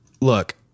look